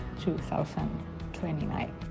2029